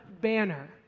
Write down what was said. banner